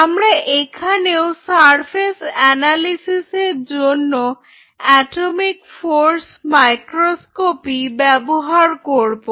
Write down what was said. আমরা এখানেও সারফেস অ্যানালিসিসের জন্য এটমিক ফোর্স মাইক্রোস্কপি ব্যবহার করব